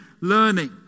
learning